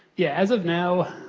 yeah, as of now,